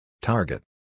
Target